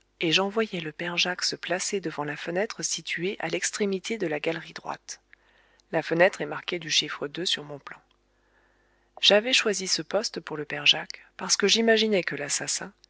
et j'envoyai le père jacques se placer devant la fenêtre située à l'extrémité de la galerie droite la fenêtre est marquée du chiffre sur mon plan j'avais choisi ce poste pour le père jacques parce que j'imaginais que l'assassin